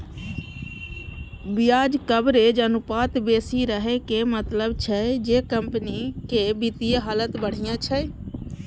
ब्याज कवरेज अनुपात बेसी रहै के मतलब छै जे कंपनीक वित्तीय हालत बढ़िया छै